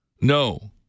No